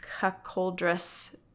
cuckoldress